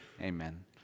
Amen